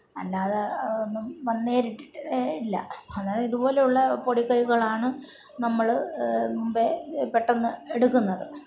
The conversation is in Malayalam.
അല്ലാതെ ഒന്നും നേരിട്ടിട്ടില്ല അന്നേരം ഇതുപോലെയുള്ള പൊടിക്കൈകളാണ് നമ്മൾ പെട്ടെന്ന് എടുക്കുന്നത്